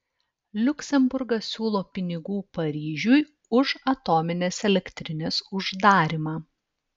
liuksemburgas siūlo pinigų paryžiui už atominės elektrinės uždarymą